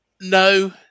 no